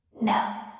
No